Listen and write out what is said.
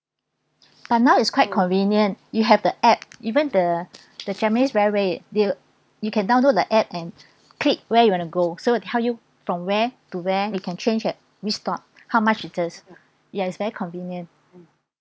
but now is quite convenient you have the app even the the japanese very red they you can download the app and click where you wanna go so will tell you from where to where we can change at which stop how much metres ya it's very convenient